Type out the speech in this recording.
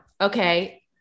Okay